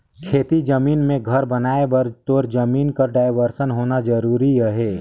खेती जमीन मे घर बनाए बर तोर जमीन कर डाइवरसन होना जरूरी अहे